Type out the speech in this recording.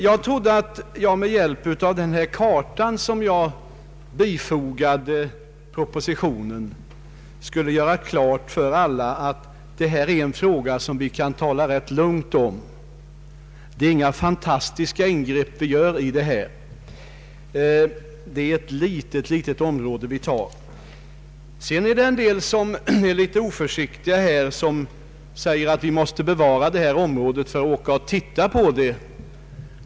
Jag trodde att jag med hjälp av den karta som jag bifogat propositionen skulle göra klart för alla att detta är en fråga som vi kan tala rätt lugnt om. Det är inga fantastiska ingrepp vi gör i detta område. Det är ett mycket litet område vi tar. En del talare är något oförsiktiga när de säger att vi måste bevara detta om råde för att folk skall kunna åka och titta på det.